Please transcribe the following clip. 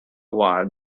while